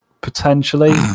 potentially